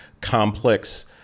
complex